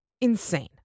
insane